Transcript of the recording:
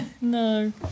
No